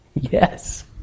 Yes